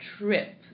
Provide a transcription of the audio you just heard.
trip